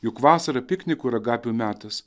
juk vasarą piknikų ir agapių metas